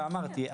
ואמרתי,